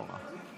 לא נורא.